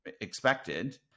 expected